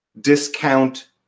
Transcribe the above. discount